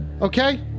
Okay